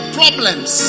problems